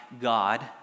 God